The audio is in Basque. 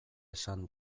esan